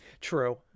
True